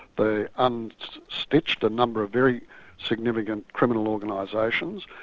they and unstitched a number of very significant criminal organisations,